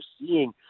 seeing